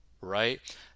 right